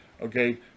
okay